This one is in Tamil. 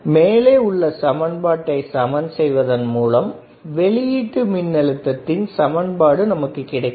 எனவே மேலே உள்ள சமன்பாட்டை சமன் செய்வதன் மூலம் வெளியீட்டு மின்னழுத்தத்தின் சமன்பாடு கிடைக்கும்